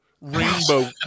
rainbow